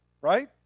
right